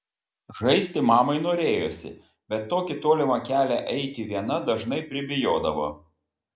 žaisti mamai norėjosi bet tokį tolimą kelią eiti viena dažnai pribijodavo